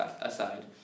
aside